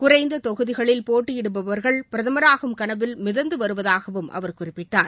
குறைந்த தொகுதிகளில் போட்டியிடுபவர்கள் பிரதமராகும் கனவில் மிதந்துவருவதாகவும் அவர் குறிப்பிட்டார்